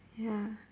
ya